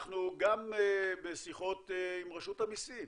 אנחנו גם בשיחות עם רשות המסים,